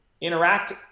interact